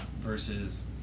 versus